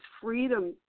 freedom